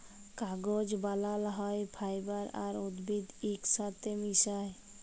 কাগজ বালাল হ্যয় ফাইবার আর উদ্ভিদ ইকসাথে মিশায়